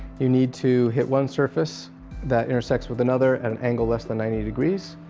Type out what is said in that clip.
you need to hit one surface that intersects with another at an angle less than ninety degrees.